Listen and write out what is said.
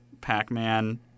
Pac-Man